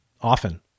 often